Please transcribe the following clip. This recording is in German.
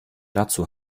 dazu